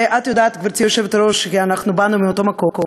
ואת יודעת, גברתי היושבת-ראש, כי באנו מאותו מקום,